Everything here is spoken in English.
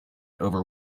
over